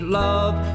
love